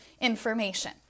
information